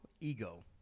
ego